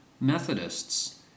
Methodists